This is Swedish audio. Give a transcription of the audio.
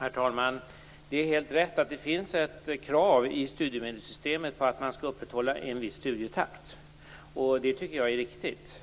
Herr talman! Det är helt riktigt att det finns ett krav i studiemedelssystemet på att man skall upprätthålla en viss studietakt, och det tycker jag är riktigt.